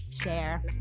share